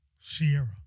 Sierra